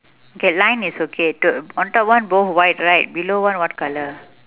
okay line is okay to~ on top one both white right below one what colour